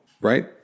right